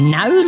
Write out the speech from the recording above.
no